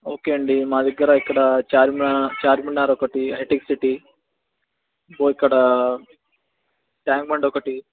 okay అండి మా దగ్గర ఇక్కడ చార్మినా చార్మినార్ ఒకటి హైటెక్ సిటీ ఓ ఇక్కడా ట్యాంక్ బండ్ ఒకటి